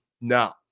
No